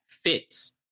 fits